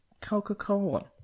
Coca-Cola